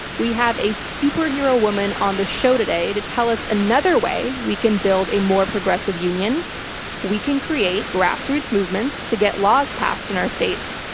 we have a superhero woman on the show today to tell us another way we can build a more progressive union we can create grassroots movements to get laws passed in our states.